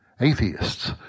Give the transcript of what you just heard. atheists